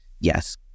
yes